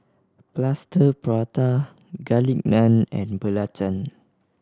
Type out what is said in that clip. Plaster Prata Garlic Naan and belacan